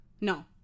No